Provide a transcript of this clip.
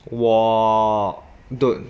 我 dude